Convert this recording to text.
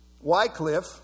Wycliffe